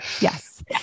Yes